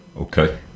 Okay